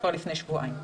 כבר לפני שבועיים,